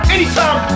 Anytime